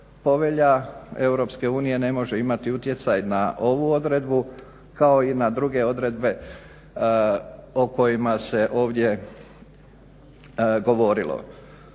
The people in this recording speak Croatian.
Povelja EU ne može imati utjecaj na ovu odredbu kao i na druge odredbe o kojima se ovdje govorilo.